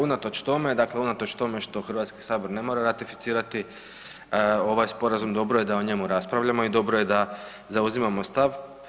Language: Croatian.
Unatoč tome, dakle unatoč tome što HS ne mora ratificirati ovaj sporazum dobro je da o njemu raspravljamo i dobro je da zauzimamo stav.